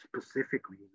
specifically